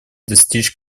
достичь